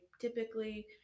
typically